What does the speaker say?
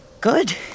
Good